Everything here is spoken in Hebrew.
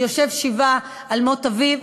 הוא יושב שבעה על אביו,